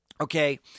Okay